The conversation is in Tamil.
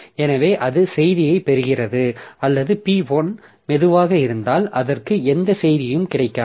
எனவே இது செய்தியைப் பெறுகிறது அல்லது P1 மெதுவாக இருந்தால் அதற்கு எந்த செய்தியும் கிடைக்காது